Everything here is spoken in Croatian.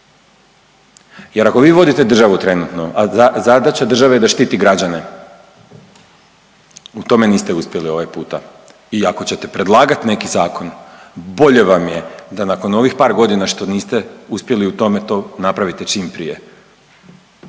Jer ako vi vodite državu trenutno, a zadaća države je da štiti građane, u tome niste uspjeli ovaj puta i ako ćete predlagat neki zakon bolje vam je da nakon ovih par godina što niste uspjeli u tome to napravite čim prije.